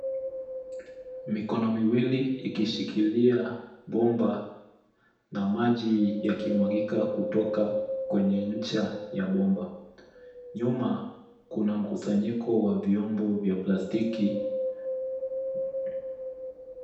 Mikono miwili ikishikilia bomba na maji yakimwagika kutoka kwenye ncha ya bomba, nyuma kuna mkusanyiko wa viombo vya plastiki.